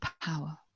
power